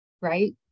right